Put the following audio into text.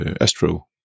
Astro